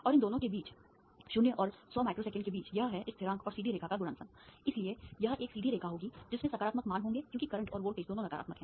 और इन दोनों के बीच 0 और 100 माइक्रोसेकंड के बीच यह है इस स्थिरांक और सीधी रेखा का गुणनफल इसलिए यह एक सीधी रेखा होगी जिसमें सकारात्मक मान होंगे क्योंकि करंट और वोल्टेज दोनों नकारात्मक हैं